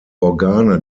organe